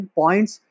points